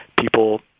people